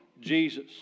Jesus